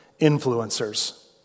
influencers